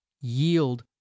yield